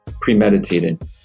premeditated